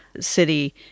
city